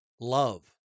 Love